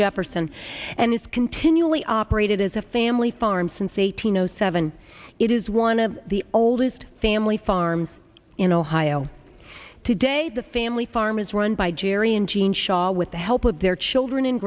jefferson and has continually operated as a family farm since eighteen zero seven it is one of the oldest family farms in ohio today the family farm is run by jerry and gene shaw with the help of their children and